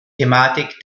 thematik